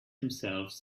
himself